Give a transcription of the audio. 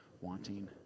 wanting